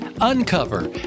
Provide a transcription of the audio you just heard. uncover